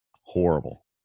horrible